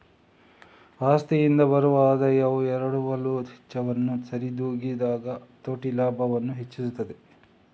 ಆಸ್ತಿಯಿಂದ ಬರುವ ಆದಾಯವು ಎರವಲು ವೆಚ್ಚವನ್ನು ಸರಿದೂಗಿಸಿದಾಗ ಹತೋಟಿ ಲಾಭವನ್ನು ಹೆಚ್ಚಿಸುತ್ತದೆ